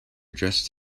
dressed